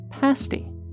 pasty